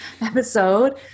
episode